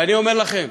ואני אומר לכם,